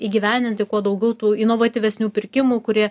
įgyvendinti kuo daugiau tų inovatyvesnių pirkimų kurie